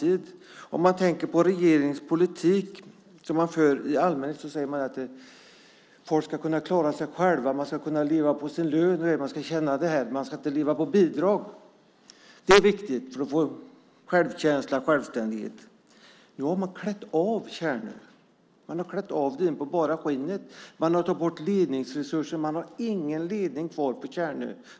I den politik som regeringen för i allmänhet säger man att folk ska kunna klara sig själva, kunna leva på sin lön och inte leva på bidrag. Det är viktigt för att få självkänsla och självständighet. Nu har man klätt av Tjärnö in på bara skinnet. Man har tagit bort ledningsresurser. Man har ingen ledning kvar på Tjärnö.